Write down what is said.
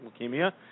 leukemia